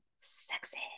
Sexy